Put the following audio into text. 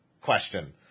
question